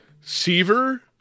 Seaver